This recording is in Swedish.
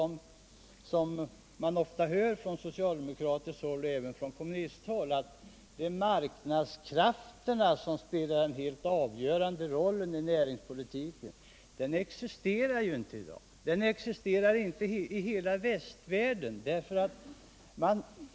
Man hör ofta från socialdemokratiskt håll och även från kommunisthåll att det är marknadskrafterna som spelar den helt avgörande rollen i näringspolitiken. Men det stämmer inte i dag, inte i hela västvärlden.